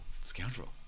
scoundrel